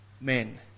men